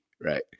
right